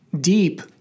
deep